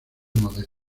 modestas